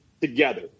together